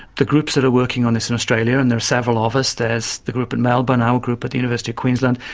the groups that are working on this in australia, and there are several of us, there's the group in melbourne, our group at the university of queensland,